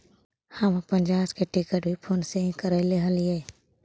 हम अपन जहाज के टिकट भी फोन से ही करैले हलीअइ